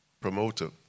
promoter